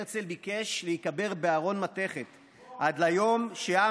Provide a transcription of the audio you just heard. הרצל ביקש להיקבר בארון מתכת עד ליום שעם